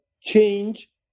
change